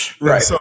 Right